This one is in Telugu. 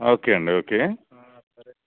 ఓకే అండి ఓకే